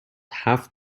هفت